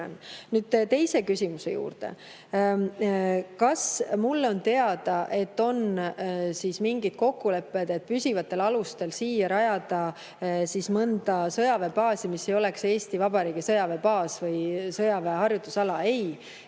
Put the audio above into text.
jään. Nüüd teise küsimuse juurde. Kas mulle on teada, et on mingid kokkulepped püsivatel alustel siia rajada mõnda sõjaväebaasi, mis ei oleks Eesti Vabariigi sõjaväebaas või sõjaväe harjutusala? Ei,